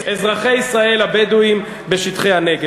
אזרחי ישראל הבדואים בשטחי הנגב,